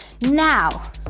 Now